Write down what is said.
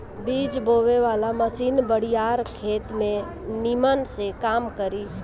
बीज बोवे वाला मशीन बड़ियार खेत में निमन से काम करी